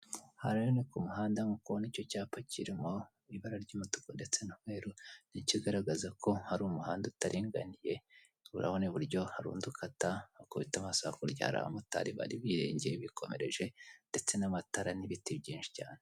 Aha rero ni ku muhanda nk'uko ubona icyo cyapa kirimo ibara ry'umutuku ndetse n'umweru ni ikigaragaza ko hari umuhanda utaringaniye, urabona iburyo hari undi ukata, ukubita amaso hakurya hari abamotari bari birengeye bikomereje ndetse n'amatara n'ibiti byinshi cyane.